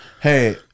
hey